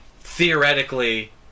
theoretically